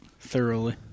thoroughly